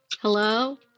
Hello